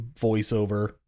voiceover